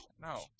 No